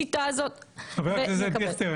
חבר הכנסת דיכטר,